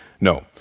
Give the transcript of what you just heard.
no